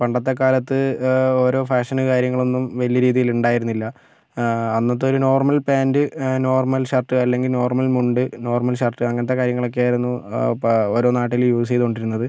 പണ്ടത്തെക്കാലത് ഓരോ ഫാഷന് കാര്യങ്ങളൊന്നും വലിയ രീതിയിൽ ഉണ്ടായിരുന്നില്ല അന്നത്തെ ഒരു നോർമൽ പാൻറ് നോർമൽ ഷർട്ട് അല്ലെങ്കിൽ നോർമൽ മുണ്ട് നോർമൽ ഷർട്ട് അങ്ങനത്തെ കാര്യങ്ങളൊക്കെയായിരുന്നു ആ പാ ഓരോ നാട്ടിലും യൂസ് ചെയ്തു കൊണ്ടിരുന്നത്